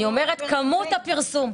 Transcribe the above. אני אומרת כמות הפרסום.